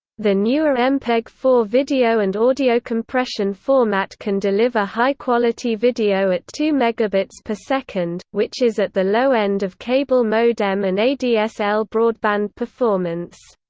the newer mpeg four video and audio compression format can deliver high-quality video at two mbit so s, which is at the low end of cable modem and adsl broadband performance.